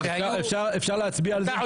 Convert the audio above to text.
אפשר להצביע על זה?